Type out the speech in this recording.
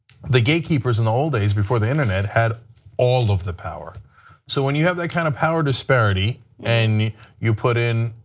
the gay peoples in the old days before the internet had all of the power so when you have that kind of power disparity and you put in